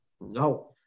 No